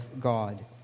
God